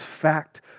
fact